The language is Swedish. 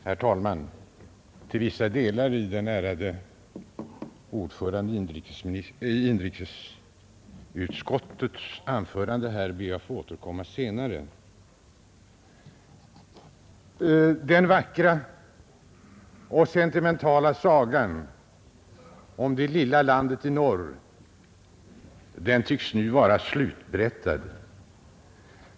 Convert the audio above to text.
Herr talman! Till vissa delar i den ärade ordförandens i inrikesutskottet anförande här ber jag att få återkomma senare. Den vackra och sentimentala sagan om det lilla landet i norr tycks nu vara slutberättad.